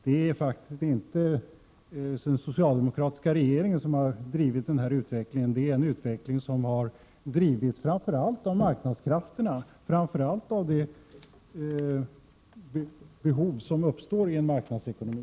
Det är faktiskt inte den socialdemokratiska regeringen som har drivit denna utveckling, utan utvecklingen har drivits framför allt av marknadskrafterna, framför allt av de behov som uppstår i en marknadsekonomi.